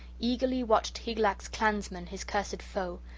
eagerly watched hygelac's kinsman his cursed foe,